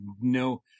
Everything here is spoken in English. no